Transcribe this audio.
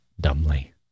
dumbly